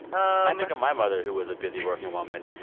i think of my mother, who was a busy working woman.